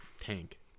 Tank